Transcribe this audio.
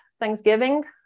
thanksgiving